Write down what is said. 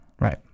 right